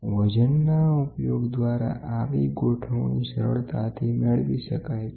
વજન ના ઉપયોગ દ્વારા આવી ગોઠવણી સરળતાથી મેળવી શકાય છે